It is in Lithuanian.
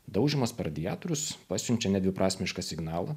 daužymas per radijatorius pasiunčia nedviprasmišką signalą